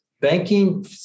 banking